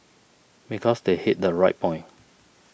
because they hit the right point